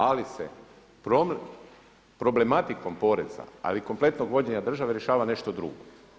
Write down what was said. Ali se problematikom poreza, ali i kompletnog vođenja države rješava nešto drugo.